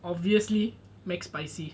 obviously mac spicy